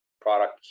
product